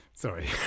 Sorry